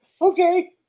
Okay